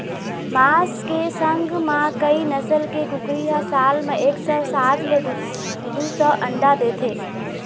मांस के संग म कइ नसल के कुकरी ह साल म एक सौ साठ ले दू सौ अंडा देथे